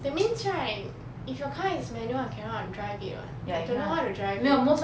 that means right if your car is manual I cannot drive it [what] I don't know how to drive yet